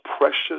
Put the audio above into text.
precious